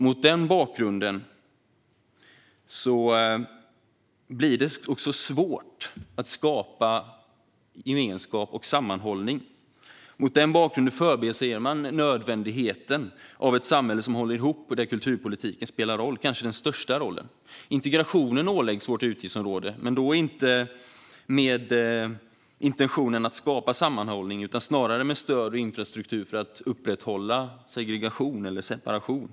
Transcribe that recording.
Mot den bakgrunden blir det svårt att skapa gemenskap och sammanhållning. Mot den bakgrunden förbiser man nödvändigheten av ett samhälle som håller ihop och där kulturpolitiken spelar roll, kanske den största rollen. Integrationen åläggs vårt utgiftsområde, men inte med intentionen att skapa sammanhållning utan snarare att med stöd och infrastruktur upprätthålla segregation eller separation.